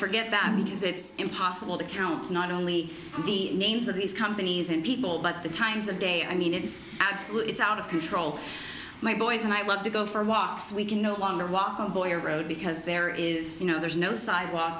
forget that because it's impossible to count not only the names of these companies and people but the times of day i mean it is absolutely it's out of control my boys and i want to go for walks we can no longer walk on boy or road because there is you know there's no sidewalk